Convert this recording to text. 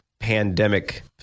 pandemic